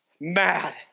mad